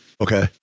Okay